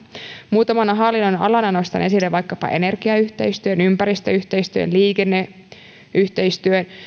muutamana hallinnonalana nostan esille vaikkapa energiayhteistyön ympäristöyhteistyön liikenneyhteistyön